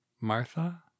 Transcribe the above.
Martha